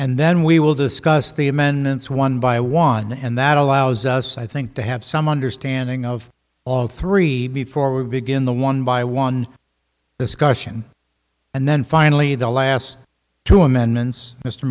and then we will discuss the amendments one by one and that allows us i think to have some understanding of all three before we begin the one by one discussion and then finally the last two amendments mr